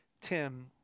Tim